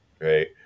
right